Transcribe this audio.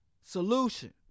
solution